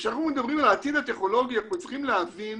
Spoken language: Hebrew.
כשאנחנו מדברים על העתיד הטכנולוגי אנחנו צריכים להבין